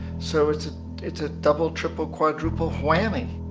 so it's it's a double triple quadruple whammy!